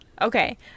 Okay